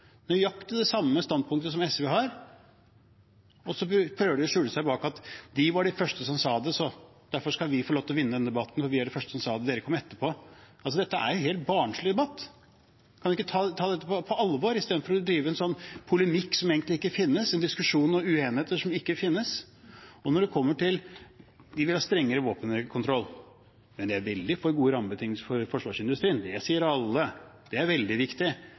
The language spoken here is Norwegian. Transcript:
nøyaktig det samme standpunktet som SV har. Så prøver de å skjule seg bak at de var de første som sa det, derfor skal de få lov til å vinne denne debatten. «Vi var de første som sa det, dere kom etterpå». Dette er en barnslig debatt. Kan man ikke ta dette på alvor, i stedet for å drive en polemikk som egentlig ikke finnes, en diskusjon om uenigheter som ikke finnes? Man vil ha strengere våpenkontroll, men man er veldig for gode rammebetingelser for forsvarsindustrien. Det sier alle er veldig viktig.